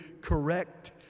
correct